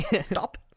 stop